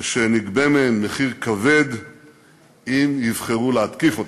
שנגבה מהן מחיר כבד אם יבחרו להתקיף אותנו.